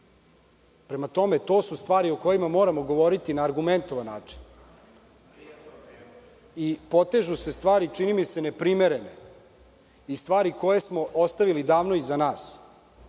tome, to su stvari o kojima moramo govoriti na argumentovan način. Potežu se stvari, čini mi se, neprimerene i stvari koje smo ostavili davno iza nas